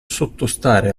sottostare